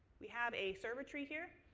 we have a server tree here.